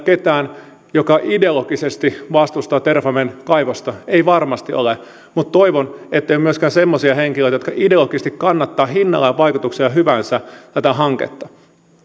ketään joka ideologisesti vastustaa terrafamen kaivosta ei varmasti ole mutta toivon ettei ole myöskään semmoisia henkilöitä jotka ideologisesti kannattavat millä hinnalla ja vaikutuksilla hyvänsä tätä hanketta